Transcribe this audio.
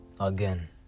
again